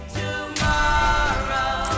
tomorrow